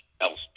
else